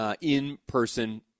in-person